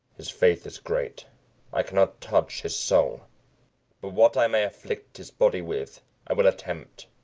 his faith is great i cannot touch his soul but what i may afflict his body with i will attempt,